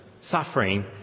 suffering